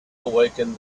awaken